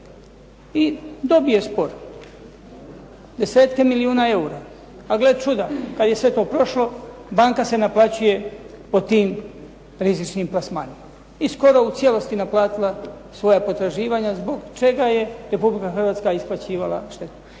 I dobije spor, desetke milijuna eura. A gle čuda, kad je sve to prošlo banka se naplaćuje po tim rizičnim plasmanima, i skoro u cijelosti naplatila svoja potraživanja zbog čega je Republika Hrvatska isplaćivala štetu.